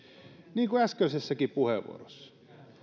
niin kuin äskeisessäkin puheenvuorossa